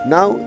Now